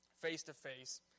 face-to-face